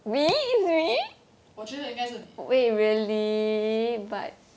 我觉得应该是你